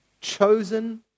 Chosen